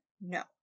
No